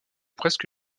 presque